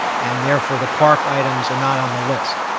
and, therefore, the park items are not on the list.